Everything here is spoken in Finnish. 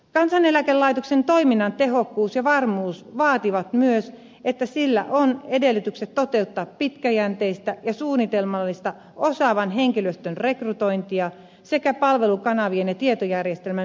kansaneläkelaitoksen toiminnan tehokkuus ja varmuus vaativat myös että sillä on edellytykset toteuttaa pitkäjänteistä ja suunnitelmallista osaavan henkilöstön rekrytointia sekä palvelukanavien ja tietojärjestelmän määrätietoista kehittämistä